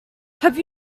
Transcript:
have